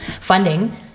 funding